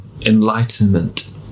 enlightenment